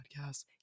podcast